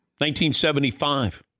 1975